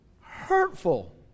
hurtful